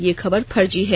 यह खबर फर्जी है